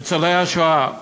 ניצולי השואה?